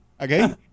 Okay